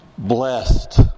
blessed